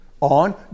on